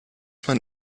man